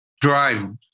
drive